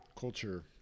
Culture